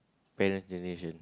parent generation